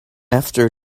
after